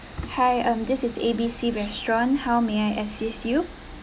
hi um this is A_B_C restaurant how may I assist you